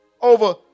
over